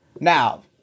Now